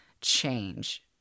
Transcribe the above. change